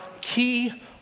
key